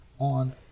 on